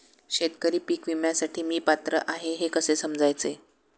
शेतकरी पीक विम्यासाठी मी पात्र आहे हे कसे समजायचे?